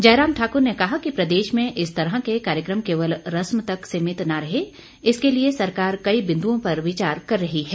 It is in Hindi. जयराम ठाकर ने कहा कि प्रदेश में इस तरह के कार्यक्रम केवल रस्म तक सीमित न रहे इसके लिए सरकार कई बिन्दुओं पर विचार कर रही है